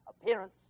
appearance